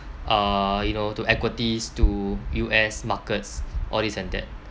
uh you know to equities to U_S markets all this and that